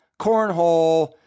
cornhole